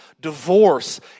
divorce